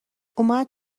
اومد